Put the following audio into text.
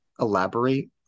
elaborate